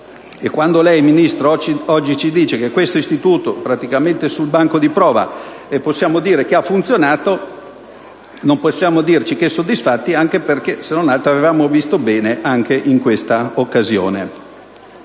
quando lei, Ministro, oggi ci dice che questo istituto praticamente sul banco di prova ha funzionato, non possiamo dirci che soddisfatti, anche perché, se non altro, avevamo visto bene anche in questa occasione.